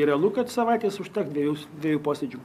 ir realu kad savaitės užteks dviejų dviejų posėdžių